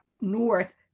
north